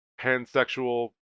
pansexual